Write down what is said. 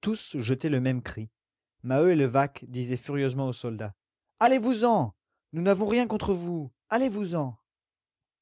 tous jetaient le même cri maheu et levaque disaient furieusement aux soldats allez-vous-en nous n'avons rien contre vous allez-vous-en